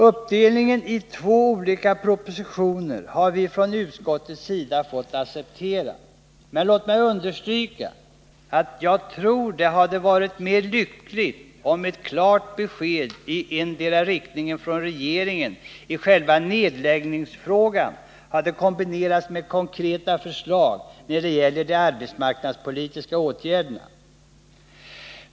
Uppdelningen i två olika propositioner har vi från utskottets sida fått acceptera, men låt mig understryka att jag tror det hade varit mer lyckligt om ett klart besked i endera riktningen från regeringen i själva nedläggningsfrågan hade kombinerats med konkreta förslag när det gäller de arbetsmarknadspolitiska åtgärderna.